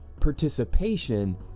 Participation